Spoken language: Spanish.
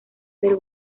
del